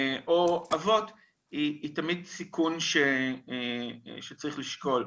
או אבות - היא תמיד סיכון שצריך לשקול.